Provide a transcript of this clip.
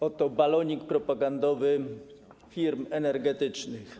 Oto balonik propagandowy firm energetycznych.